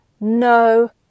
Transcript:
no